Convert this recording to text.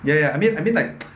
ya ya I mean I mean like